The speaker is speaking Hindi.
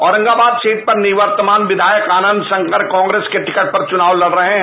औरंगाबाद सीट पर निवर्तमान कियायक आनंद रांकर कांग्रेस के टिकट पर चुनाव लड रहे है